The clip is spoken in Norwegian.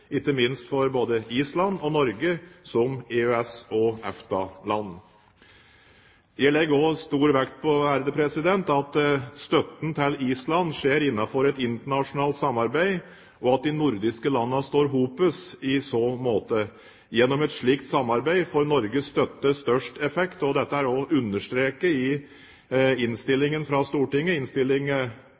ikke minst av både Island og Norge, som EØS- og EFTA-land. Jeg legger stor vekt på at støtten til Island skjer innenfor et internasjonalt samarbeid, og at de nordiske landene står sammen i så måte. Gjennom et slikt samarbeid får Norges støtte størst effekt. Dette er også understreket i